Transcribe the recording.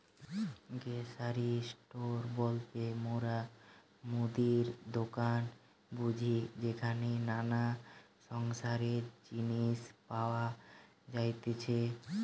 grocery store বলতে মোরা মুদির দোকান বুঝি যেখানে নানা সংসারের জিনিস পাওয়া যাতিছে